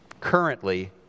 currently